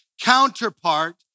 Counterpart